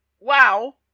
wow